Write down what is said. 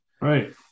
Right